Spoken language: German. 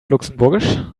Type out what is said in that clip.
luxemburgisch